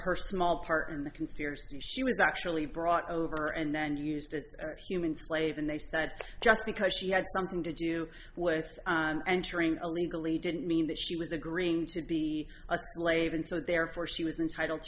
her small part in the conspiracy she was actually brought over and then used as human slave and they said just because she had something to do with entering illegally didn't mean that she was agreeing to be a slave and so therefore she was entitled